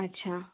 আচ্ছা